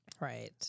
Right